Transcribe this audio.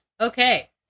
Okay